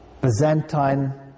byzantine